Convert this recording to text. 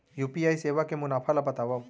UPI सेवा के मुनाफा ल बतावव?